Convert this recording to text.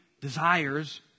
desires